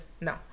No